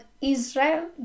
Israel